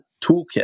Toolkit